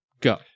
Go